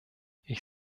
ich